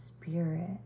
spirit